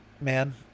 man